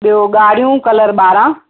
ॿियो ॻाढ़ियूं कलर ॿारहं